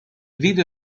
video